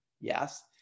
Yes